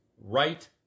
right